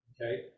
okay